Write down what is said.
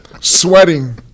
sweating